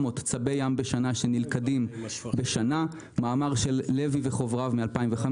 צבי ים נלכדים בשנה מאמר של לוי וחבריו מ-2015